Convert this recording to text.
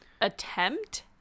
attempt